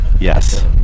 yes